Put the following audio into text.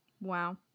Wow